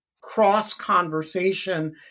cross-conversation